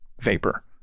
vapor